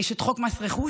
יש את חוק מס רכוש,